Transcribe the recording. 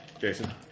Jason